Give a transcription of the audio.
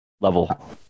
level